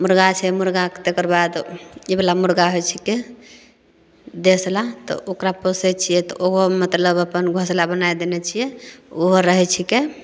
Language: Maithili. मुर्गा छै मुर्गाके ए तेकरबाद इबला मुर्गा होइ छिकै देसला तऽ ओकरा पोसैत छियै तऽ ओहो मतलब अपन घोँसला बनाइ देने छियै ओहो रहै छिकै